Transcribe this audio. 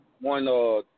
one